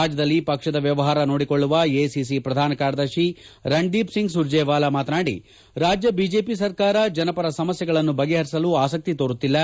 ರಾಜ್ದದಲ್ಲಿ ಪಕ್ಷದ ವ್ವವಹಾರ ನೋಡಿಕೊಳ್ಳುವ ಎಐಸಿಸಿ ಪ್ರಧಾನ ಕಾರ್ಯದರ್ಶಿ ರಣ್ದೀಪ್ ಸಿಂಗ್ ಸುರ್ಜೇವಾಲಾ ಮಾತನಾಡಿ ರಾಜ್ದ ಬಿಜೆಪಿ ಸರ್ಕಾರ ಜನಪರ ಸಮಸ್ಯೆಗಳನ್ನು ಬಗೆಪರಿಸಲು ಆಸಕ್ತಿ ತೋರುತ್ತಿಲ್ಲ